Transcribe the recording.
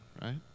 right